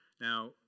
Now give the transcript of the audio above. Now